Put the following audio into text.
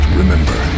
remember